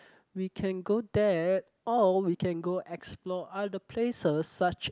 we can go there or we can go explore other places such